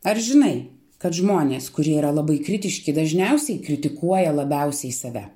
ar žinai kad žmonės kurie yra labai kritiški dažniausiai kritikuoja labiausiai save